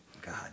God